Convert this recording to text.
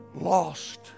lost